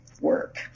work